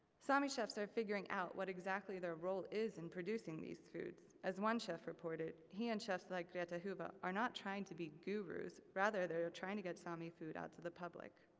sami chefs are figuring out what exactly their role is in producing these foods, as one chef reported, he and chefs like greta huuva are not trying to be gurus, rather they're trying to get sami food out to the public.